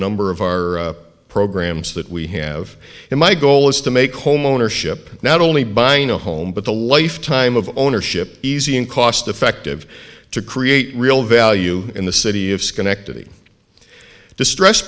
number of our programs that we have in my goal is to make homeownership not only buying a home but a lifetime of ownership easy and cost effective to create real value in the city of schenectady distress